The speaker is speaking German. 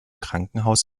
krankenhaus